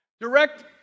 Direct